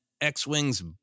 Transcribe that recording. X-Wing's